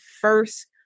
first